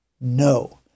No